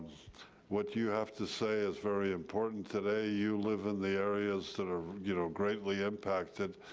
what you have to say is very important today. you live in the areas that are you know greatly impacted.